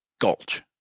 gulch